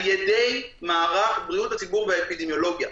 ידי מערך בריאות הציבור והאפידמיולוגיה,